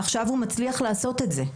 עכשיו הוא מצליח לעשות את זה.